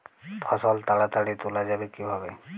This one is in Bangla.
ফসল তাড়াতাড়ি তোলা যাবে কিভাবে?